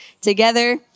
together